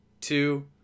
two